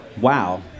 wow